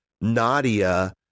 Nadia